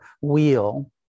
wheel